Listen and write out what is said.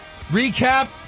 recap